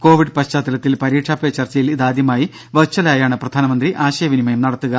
Covid പശ്ചാത്തലത്തിൽ പരീക്ഷാ പേ ചർച്ചയിൽ ഇതാദ്യമായി വെർച്ച്വലായാണ് പ്രധാനമന്ത്രി ആശയവിനിമയം നടത്തുക